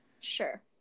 sure